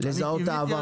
לזהות את העבריינים.